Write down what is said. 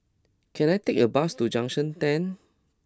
can I take a bus to Junction ten